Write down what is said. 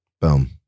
Boom